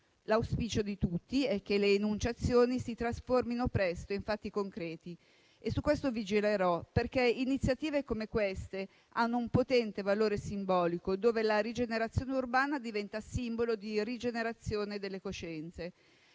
L'auspicio di tutti è che le enunciazioni si trasformino presto in fatti concreti e su questo vigilerò, perché iniziative come questa hanno un potente valore simbolico e la rigenerazione urbana diventa simbolo di rigenerazione delle coscienze.